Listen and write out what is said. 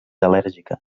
al·lèrgica